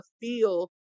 feel